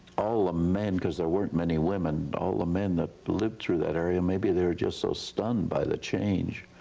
all the ah men, because there weren't many women, all the men that lived through that era, maybe they were just so stunned by the change.